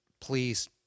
please